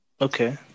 Okay